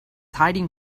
hiding